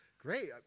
great